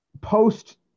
post